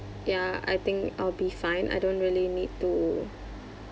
ya I think I'll be fine I don't really need to